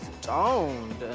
Stoned